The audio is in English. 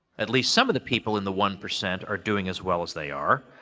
at least some of the people in the one-percent are doing as well as they are,